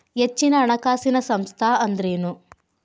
ಹೆಚ್ಚಿನ ಹಣಕಾಸಿನ ಸಂಸ್ಥಾ ಅಂದ್ರೇನು?